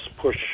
push